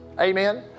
Amen